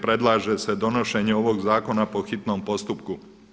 Predlaže se donošenje ovog zakona po hitnom postupku.